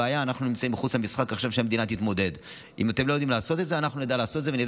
שיש לו עסק יכול להמשיך לנהל אותו בצורה הזו?